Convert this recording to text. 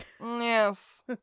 Yes